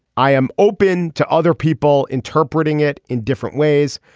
i am open to other people interpreting it in different ways.